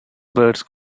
birds